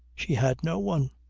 she had no one.